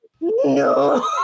no